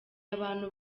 abantu